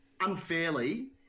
unfairly